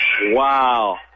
Wow